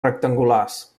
rectangulars